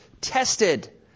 tested